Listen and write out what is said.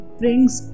brings